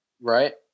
Right